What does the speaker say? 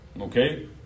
Okay